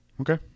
okay